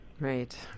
Right